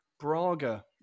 Braga